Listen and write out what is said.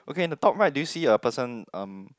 okay in the top right did you see a person um